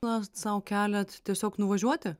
na sau keliat tiesiog nuvažiuoti